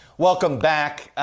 welcome back.